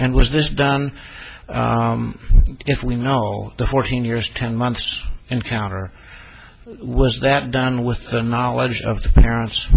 and was this done if we know the fourteen years ten months and counter was that done with the knowledge of the parents